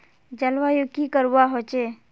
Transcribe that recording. जलवायु की करवा होचे?